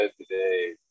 today